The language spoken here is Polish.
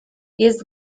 jest